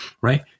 Right